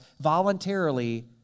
voluntarily